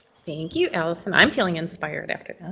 thank you, allison. i'm feeling inspired after